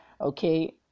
okay